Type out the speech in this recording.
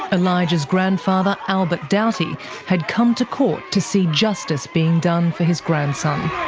elijah's grandfather albert doughty had come to court to see justice being done for his grandson.